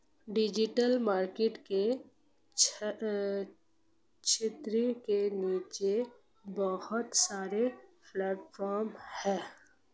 digital marketing की छतरी के नीचे बहुत सारे प्लेटफॉर्म हैं